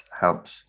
helps